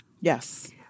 Yes